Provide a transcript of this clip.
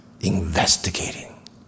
investigating